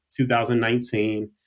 2019